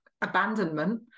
abandonment